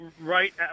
right